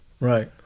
Right